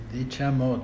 diciamo